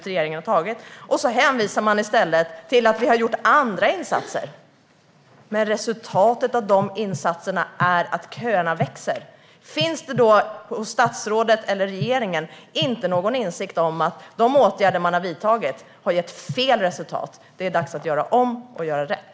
Regeringen hänvisar i stället till att man har gjort andra insatser, men resultatet av dessa insatser är att köerna växer. Finns det då inte någon insikt hos statsrådet eller regeringen om att de åtgärder som man har vidtagit har gett fel resultat? Det är dags att göra om och göra rätt.